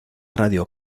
radio